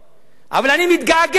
אבל אני מתגעגע אליו.